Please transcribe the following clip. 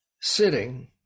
sitting